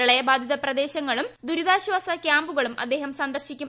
പ്രളയബാധിത പ്രദേശങ്ങളും ദുരിതാശ്വാസ ക്യാമ്പുകളും അദ്ദേഹം സന്ദർശിക്കും